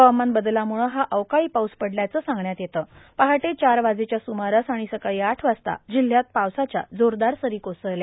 हवामान बदलामुळे हा अवकाळी पाऊस पडल्याचं सांगण्यात येतं पहाटे चार वाजेच्या सुमारास आर्गण सकाळी आठ वाजता जिल्ह्यात पावसाच्या जोरदार सरो कोसळल्या